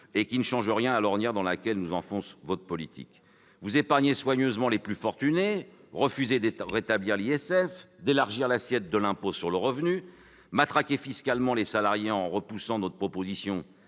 et qui ne changent rien à l'ornière dans laquelle nous enfonce votre politique. Vous épargnez soigneusement les plus fortunés. Vous refusez de rétablir l'impôt de solidarité sur la fortune, d'élargir l'assiette de l'impôt sur le revenu. Vous matraquez fiscalement les salariés, en repoussant notre proposition